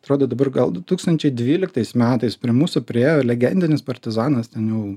atrodo dabar gal du tūkstančiai dvyliktais metais prie mūsų priėjo legendinis partizanas ten jau